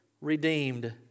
redeemed